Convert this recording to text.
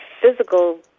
physical